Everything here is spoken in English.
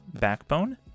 Backbone